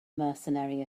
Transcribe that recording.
mercenary